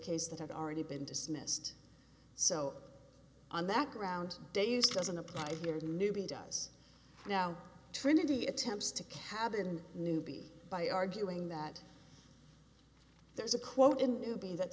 case that had already been dismissed so on that ground day use doesn't apply here newbie does now trinity attempts to cabin newbie by arguing that there is a quote in newbie that